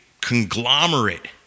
conglomerate